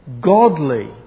godly